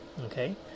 Okay